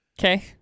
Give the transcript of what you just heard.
Okay